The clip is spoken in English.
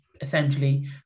essentially